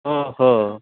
हो हो